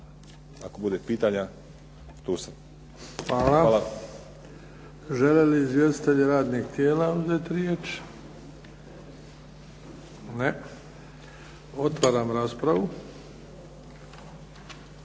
**Bebić, Luka (HDZ)** Hvala. Žele li izvjestitelji radnih tijela uzeti riječ? Ne. Otvaram raspravu.